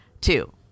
Two